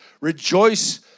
Rejoice